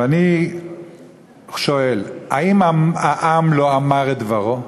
ואני שואל: האם העם לא אמר את דברו?